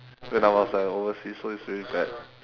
when I was at overseas so it was really bad